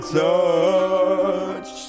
touch